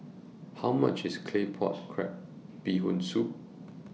How much IS Claypot Crab Bee Hoon Soup